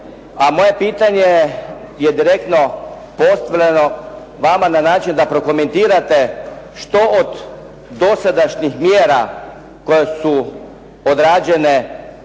moje pitanje je direktno postavljeno vama na način da prokomentirate što od dosadašnjih mjera koja su odrađene